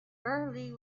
early